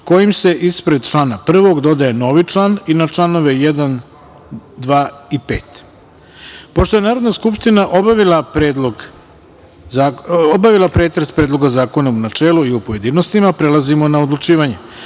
kojim se ispred člana 1. dodaje novi član i na članove 1. 2. i 5.Pošto je Narodna skupština obavila pretres Predloga zakona u načelu i u pojedinostima, prelazimo na odlučivanje. Stavljam